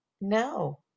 no